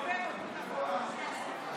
ההצעה להעביר לוועדה את הצעת חוק הגנת הצרכן (תיקון,